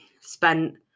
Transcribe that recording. spent